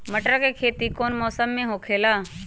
मटर के खेती कौन मौसम में होखेला?